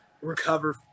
recover